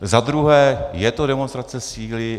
Za druhé je to demonstrace síly.